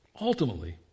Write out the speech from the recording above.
Ultimately